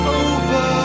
over